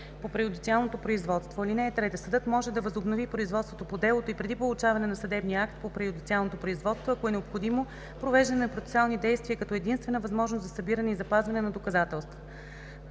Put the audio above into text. по преюдициалното производство. (3) Съдът може да възобнови производството по делото и преди получаването на съдебния акт по преюдициалното производство, ако е необходимо провеждане на процесуални действия като единствена възможност за събиране и запазване на доказателства.